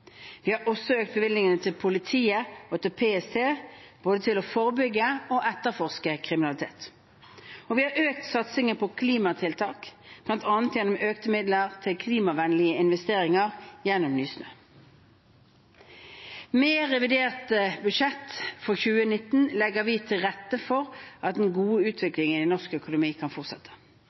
Vi har også økt bevilgningene til politiet og til PST, både til å forebygge og til å etterforske kriminalitet. Og vi har økt satsingen på klimatiltak, bl.a. gjennom økte midler til klimavennlige investeringer gjennom Nysnø. Med revidert budsjett for 2019 legger vi til rette for at den gode utviklingen i norsk økonomi kan fortsette.